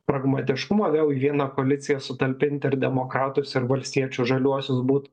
pragmatiškumo vėl į vieną koaliciją sutalpinti ir demokratus ir valstiečių žaliuosius būtų